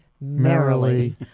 merrily